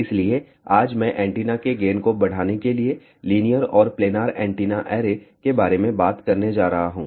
इसलिए आज मैं एंटीना के गेन को बढ़ाने के लिए लीनियर और प्लेनार एंटीना ऐरे के बारे में बात करने जा रहा हूं